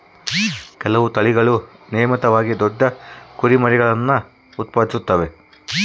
ಕೆಲವು ತಳಿಗಳು ನಿಯಮಿತವಾಗಿ ದೊಡ್ಡ ಕುರಿಮರಿಗುಳ್ನ ಉತ್ಪಾದಿಸುತ್ತವೆ